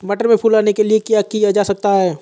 मटर में फूल आने के लिए क्या किया जा सकता है?